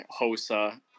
Hosa